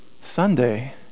Sunday